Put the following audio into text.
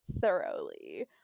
thoroughly